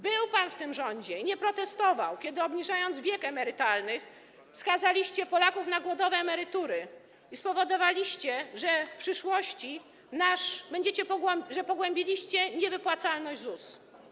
Był pan w tym rządzie i nie protestował, kiedy obniżając wiek emerytalny, skazaliście Polaków na głodowe emerytury i spowodowaliście, że w przyszłości nasz... pogłębiliście niewypłacalność ZUS.